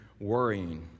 worrying